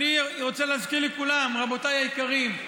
אני רוצה להזכיר לכולם: רבותיי היקרים,